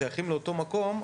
ששייכים לאותו מקום,